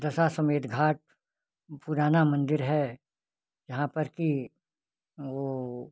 दशा समेत घाट पुराना मंदिर है यहाँ पर कि वह